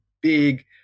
big